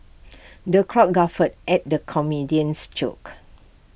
the crowd guffawed at the comedian's jokes